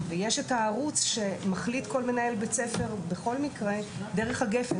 ויש את הערוץ שמחליט כל מנהל בית ספר בכל מקרה דרך הגפ"ן,